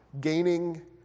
gaining